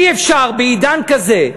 אי-אפשר בעידן כזה,